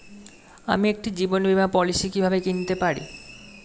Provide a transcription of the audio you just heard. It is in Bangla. আমি একটি জীবন বীমা পলিসি কিভাবে কিনতে পারি?